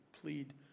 plead